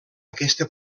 aquesta